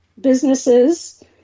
businesses